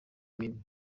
mibi